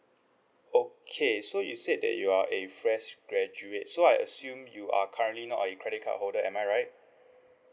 okay so it said that you are a fresh graduate so I assume you are currently not a credit card holder am I right